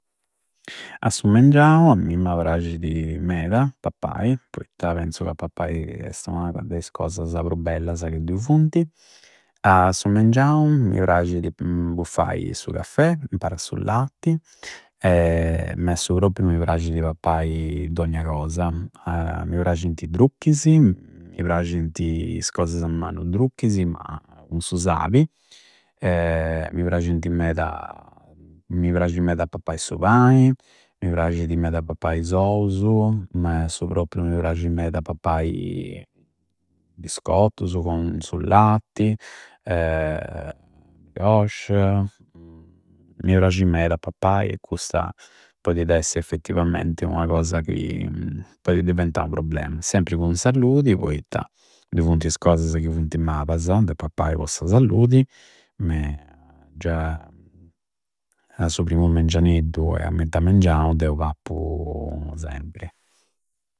A su mengianu a mimma prascidi meda pappai poitta penzu ca pappai esti una de is cosasa prus bellasa ca dui funti. A su mnegianu mi prascidi buffai su caffè impari a su latti, ma a su propprio mi prascidi pappai dogna cosa. Mi prascinti i drucchisi, mi prascinti is cosasa non drucchisi ma cun su sabi, mi prascinti meda. Mi prascidi meda pappai su pai, mi prascidi meda pappai is ousu, ma a su proprriu mi prascidi meda pappai biscottusu cun su latti brioches mi prasci meda pappai cusa poidi essi effettivamenti una cosa chi poidi diventai unu problema. Sempri cun salludi, poitta dui funti is cosasa ca funti mabasa de pappai po sa salludi ma già a su primu mengianeddu e metadi mengianu deu pappu sempri.